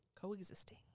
Coexisting